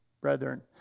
brethren